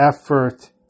effort